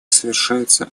совершаются